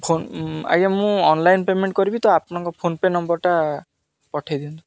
phone ଆଜ୍ଞା ମୁଁ online payment କରିବି ତ ଆପଣଙ୍କ ଫୋନ ପେ ନମ୍ବରଟା ପଠେଇ ଦିଅନ୍ତୁ